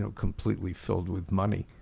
and completely filled with money.